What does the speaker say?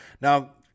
Now